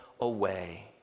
away